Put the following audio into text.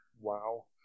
Wow